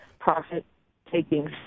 profit-taking